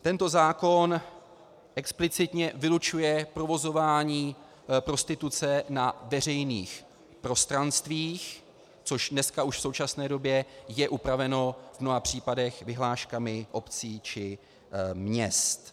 Tento zákon explicitně vylučuje provozování prostituce na veřejných prostranstvích, což dneska už v současné době je upraveno v mnoha případech vyhláškami obcí či měst.